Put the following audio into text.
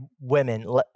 women